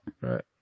Right